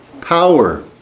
power